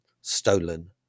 stolen